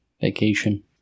Vacation